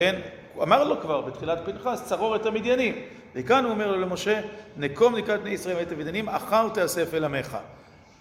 כן, הוא אמר לו כבר בתחילת פנחס, "צרור את המדיינים". וכאן הוא אומר לו למשה, "נקום נקמת ישראל מאת המדיינים, אחר תאסף אל עמך".